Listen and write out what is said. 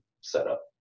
setup